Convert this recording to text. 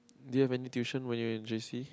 did you have any tuition when you're in J_C